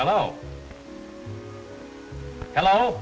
hello hello